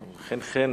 חן חן.